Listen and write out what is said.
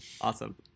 Awesome